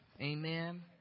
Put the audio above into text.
Amen